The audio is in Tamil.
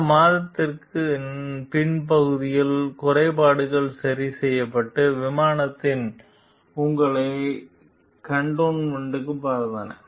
அந்த மாதத்தின் பிற்பகுதியில் குறைபாடுகள் சரி செய்யப்பட்டு விமானங்கள் உங்களை கடெனாவுக்கு பறந்தன